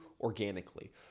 organically